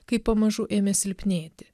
kai pamažu ėmė silpnėti